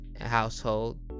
household